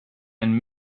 and